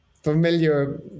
familiar